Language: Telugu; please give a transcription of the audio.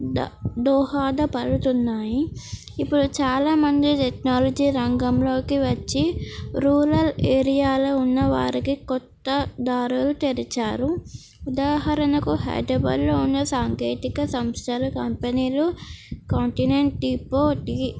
ద దోహద పడుతున్నాయి ఇప్పుడు చాలా మంది టెక్నాలజీ రంగంలోకి వచ్చి రూరల్ ఏరియాలో ఉన్న వారికి కొత్త దారులు తెరిచారు ఉదాహరణకు హైదరాబాద్లో ఉన్న సాంకేతిక సంస్థలు కంపెనీలు కాంటినెంట్ టీపో టీ